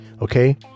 okay